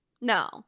No